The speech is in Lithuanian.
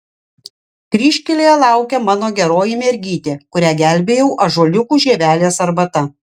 kryžkelėje laukia mano geroji mergytė kurią gelbėjau ąžuoliukų žievelės arbata